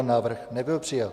Návrh nebyl přijat.